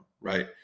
right